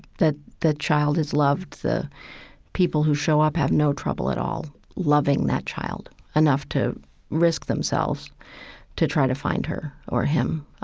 that the child is loved. the people who show up have no trouble at all loving that child enough to risk themselves to try to find her or him.